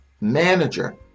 manager